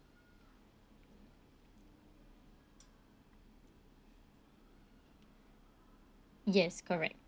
yes correct